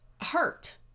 hurt